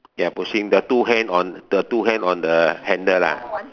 ya pushing the two hand on the two hand on the handle lah